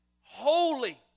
holy